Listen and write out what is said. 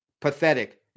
pathetic